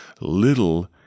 Little